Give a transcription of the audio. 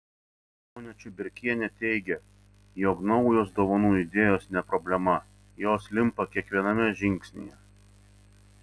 ponia čiuberkienė teigia jog naujos dovanų idėjos ne problema jos limpa kiekviename žingsnyje